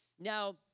Now